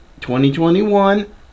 2021